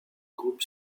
groupe